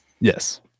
yes